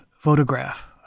photograph